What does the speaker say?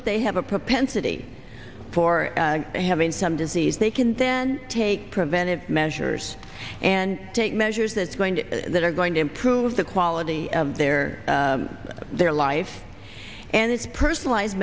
if they have a propensity for having some disease they can then take preventive measures and take measures that's going to that are going to improve the quality of their their life and it's personalize